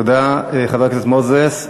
תודה, חבר הכנסת מוזס.